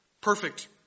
perfect